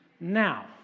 now